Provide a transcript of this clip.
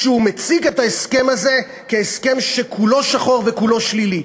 כשהוא מציג את ההסכם הזה כהסכם שכולו שחור וכולו שלילי.